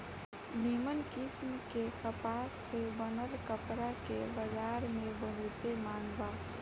निमन किस्म के कपास से बनल कपड़ा के बजार में बहुते मांग बा